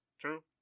True